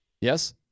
Yes